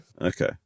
Okay